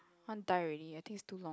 want to die already I think it's too long